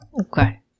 Okay